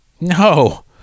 No